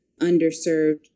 underserved